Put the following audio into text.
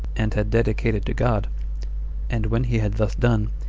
and had dedicated to god and when he had thus done,